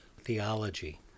theology